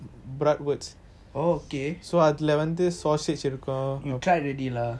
oh okay you try already lah